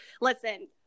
listen